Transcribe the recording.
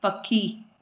पखी